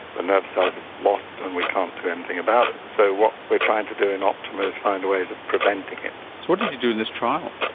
nerve cells are lost and we can't do anything about it. so what we're trying to do in optima is find ways of preventing it. so what did you do in this trial?